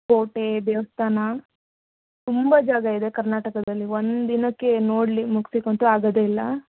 ಕೋಟೆ ದೇವಸ್ಥಾನ ತುಂಬ ಜಾಗ ಇದೆ ಕರ್ನಾಟಕದಲ್ಲಿ ಒಂದು ದಿನಕ್ಕೆ ನೋಡ್ಲಿ ಮುಗ್ಸಿಕಂತು ಆಗೋದಿಲ್ಲ